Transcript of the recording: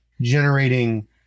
generating